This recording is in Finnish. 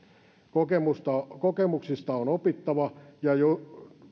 kokemuksista on opittava ja jo